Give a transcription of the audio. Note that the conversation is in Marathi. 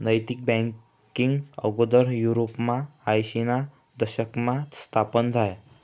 नैतिक बँकींग आगोदर युरोपमा आयशीना दशकमा स्थापन झायं